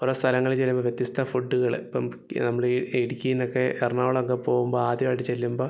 ഓരോ സ്ഥലങ്ങളില് ചെല്ലുമ്പോള് വ്യത്യസ്ത ഫുഡുകള് ഇപ്പോള് നമ്മള് ഈ ഇടുക്കിയില്നിന്നൊക്കെ എറണാകുളം ഒക്കെ പോവുമ്പോള് ആദ്യമായിട്ട് ചെല്ലുമ്പോള്